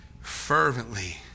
fervently